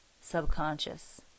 subconscious